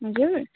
हजुर